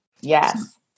Yes